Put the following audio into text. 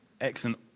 Excellent